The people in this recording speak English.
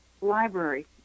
library